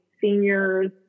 seniors